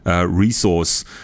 resource